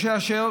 משה אשר,